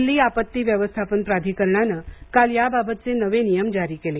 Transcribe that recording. दिल्ली आपत्ती व्यवस्थापन प्राधिकरणानं काल याबाबतचे नवे नियम जारी केले